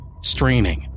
straining